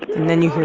and then you hear